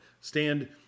stand